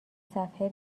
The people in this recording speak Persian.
صفحه